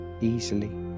easily